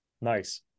Nice